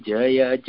Jaya